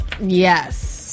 Yes